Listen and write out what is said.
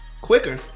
quicker